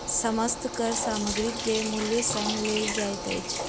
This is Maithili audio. समस्त कर सामग्री के मूल्य संग लेल जाइत अछि